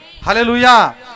Hallelujah